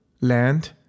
land